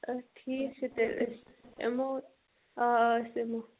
اَدٕ حظ ٹھیٖک چھُ تیٚلہِ أسۍ یِمو آ آ أسۍ یِمَو